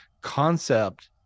concept